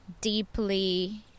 deeply